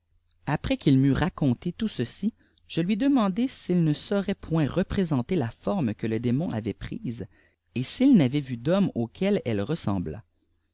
après qu'il m'eût raconté tout ceci je lui demattitrl s'hilë feâtt rait point représenter là fortoe que le dômoiî âàll braè û i'u li'ivait tu d'homme auquel elle reemblât